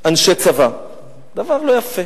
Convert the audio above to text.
אנשי צבא זה דבר לא יפה.